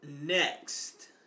next